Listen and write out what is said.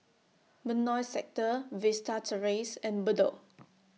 Benoi Sector Vista Terrace and Bedok